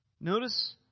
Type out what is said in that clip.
notice